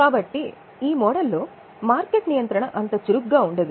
కాబట్టి ఈ మోడల్ లో మార్కెట్ నియంత్రణ అంత చురుకుగా ఉండదు